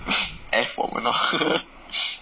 我们 lor